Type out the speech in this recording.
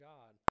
God